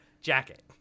jacket